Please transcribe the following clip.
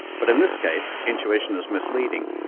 but in this case intuition is misleading.